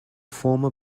former